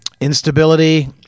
instability